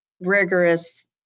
rigorous